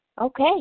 Okay